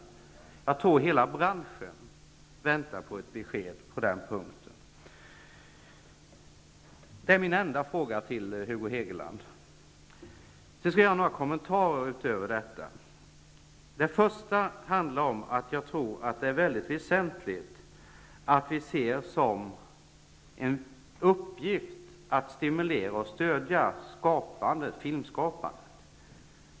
Jag tror att hela branschen väntar på ett besked på den punkten. Det är min enda fråga till Hugo Utöver detta vill jag göra några kommentarer. Den första handlar om att jag tror att det är väldigt väsentligt att vi ser som en uppgift att stimulera och stödja filmskapandet.